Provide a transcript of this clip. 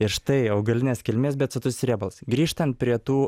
ir štai augalinės kilmės bet sotus riebalai grįžtam prie tų